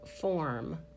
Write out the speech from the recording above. form